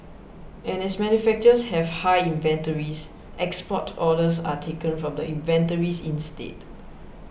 and as manufacturers have high inventories export orders are taken from the inventories instead